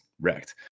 wrecked